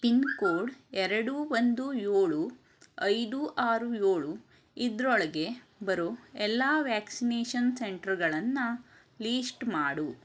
pin code ಎರಡು ಒಂದು ಏಳು ಐದು ಆರು ಏಳು ಇದ್ರೊಳಗೆ ಬರೋ ಎಲ್ಲ ವ್ಯಾಕ್ಸಿನೇಷನ್ ಸೆಂಟ್ರ್ಗಳನ್ನು ಲೀಶ್ಟ್ ಮಾಡು